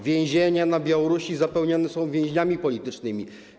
Więzienia na Białorusi zapełnione są więźniami politycznymi.